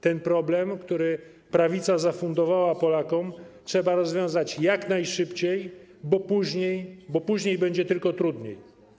Ten problem, który prawica zafundowała Polakom, trzeba rozwiązać jak najszybciej, bo później będzie tylko trudniej.